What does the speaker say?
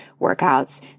workouts